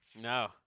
No